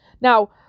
Now